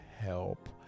help